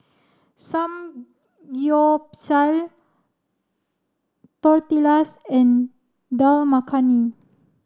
Samgyeopsal Tortillas and Dal Makhani